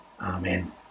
Amen